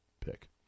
pick